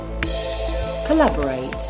Collaborate